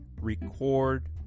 record